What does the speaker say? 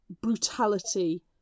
brutality